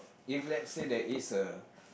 if let's say there is a